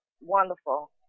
wonderful